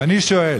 ואני שואל: